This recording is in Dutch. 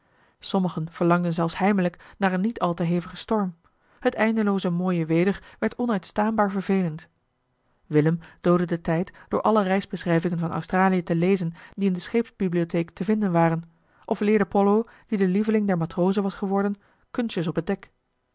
sommigen verlangden zelfs heimelijk naar een niet al te hevigen storm het eindelooze mooie weder werd onuitstaanbaar vervelend willem doodde den tijd door alle reisbeschrijvingen van australië te lezen die in de scheepsbibliotheek te vinden waren of leerde pollo die de lieveling der matrozen was geworden kunstjes op het dek